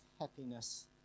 happiness